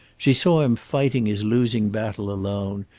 she saw him fighting his losing battle alone,